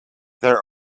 there